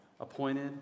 appointed